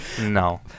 No